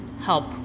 help